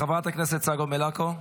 חברת הכנסת צגה מלקו,